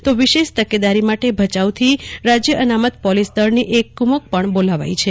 તો વિશેષ તકેદારી માટે ભચાઉથી રાજ્ય અનામત પોલીસ દળની એક ટુકડી પણ બોલાવી લેવાઈ છે